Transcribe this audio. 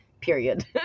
period